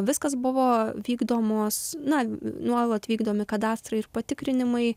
viskas buvo vykdomos na nuolat vykdomi kadastrai ir patikrinimai